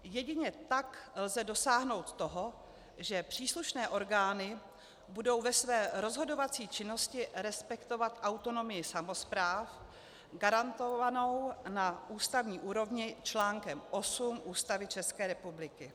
Jedině tak lze dosáhnout toho, že příslušné orgány budou ve své rozhodovací činnosti respektovat autonomii samospráv garantovanou na ústavní úrovni článkem 8 Ústavy České republiky.